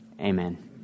amen